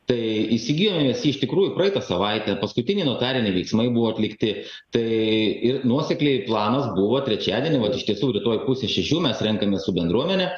tai įsigijom jas iš tikrųjų praeitą savaitę paskutiniai notariniai veiksmai buvo atlikti tai ir nuosekliai planas buvo trečiadienį mat iš tiesų rytoj pusę šešių mes renkamės su bendruomene